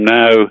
now